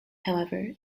however